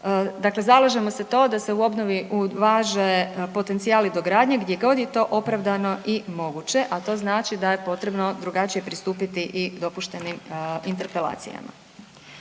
Dakle, zalažemo se da se u obnovi uvaže potencijali dogradnje gdje god je to opravdano i moguće, a to znači da je potrebno drugačije pristupiti i dopuštenim interpelacijama.